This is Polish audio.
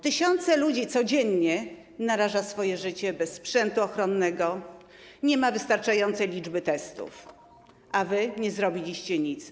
Tysiące ludzi codziennie naraża swoje życie, pracując bez sprzętu ochronnego, nie ma wystarczającej liczby testów, a wy nie zrobiliście nic.